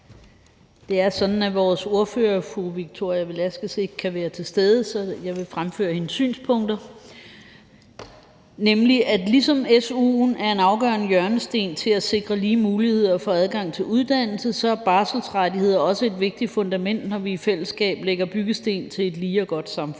Det er sådan, at vores ordfører, fru Victoria Velasquez, ikke kan være til stede, så jeg vil fremføre hendes synspunkter. Ligesom su'en er en afgørende hjørnesten i forhold til at sikre lige muligheder for adgang til uddannelse, er barselsrettigheder også et vigtigt fundament, når vi i fællesskab lægger byggesten til et lige og godt samfund.